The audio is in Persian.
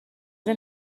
این